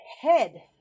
head